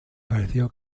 pareció